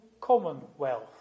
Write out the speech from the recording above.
commonwealth